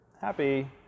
happy